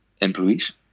employees